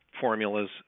formulas